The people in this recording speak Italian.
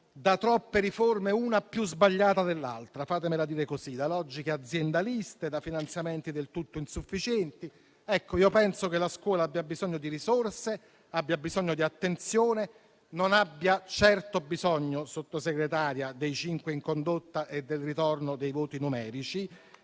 da troppe riforme, una più sbagliata dell'altra - fatemelo dire così - e da logiche aziendalistiche e finanziamenti del tutto insufficienti. Penso che la scuola abbia bisogno di risorse e di attenzione, ma che non abbia certo bisogno, signora Sottosegretaria, dei 5 in condotta e del ritorno dei voti numerici,